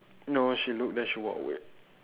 no she look then she walk away